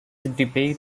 debate